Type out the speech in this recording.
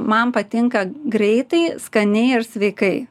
man patinka greitai skaniai ir sveikai